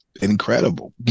Incredible